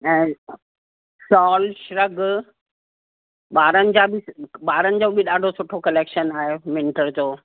ऐं शॉल शर्ग ॿारनि जा ॿारनि जो बि ॾाढो सुठो कलेक्शन आहे विंटर जो